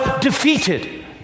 defeated